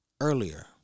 earlier